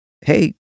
hey